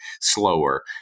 slower